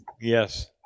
yes